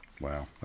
wow